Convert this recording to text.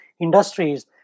industries